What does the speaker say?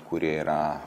kurie yra